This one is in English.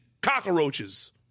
Cockroaches